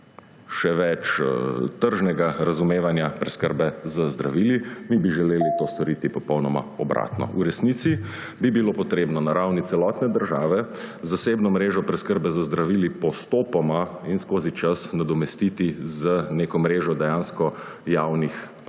še več tržnega razumevanja preskrbe z zdravili. Mi bi želeli to storiti popolnoma obratno. V resnici bi bilo potrebno na ravni celotne države zasebno mrežo preskrbe z zdravili postopoma in skozi čas nadomestiti z neko mrežo dejansko javnih